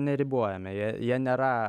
neribojami jie jie nėra